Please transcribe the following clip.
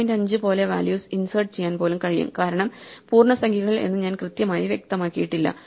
5 പോലെ values insert ചെയ്യാൻ പോലും കഴിയും കാരണം പൂർണ്ണസംഖ്യകൾ എന്ന് ഞാൻ കൃത്യമായി വ്യക്തമാക്കിയിട്ടില്ല